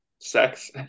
sex